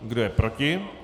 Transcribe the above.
Kdo je proti?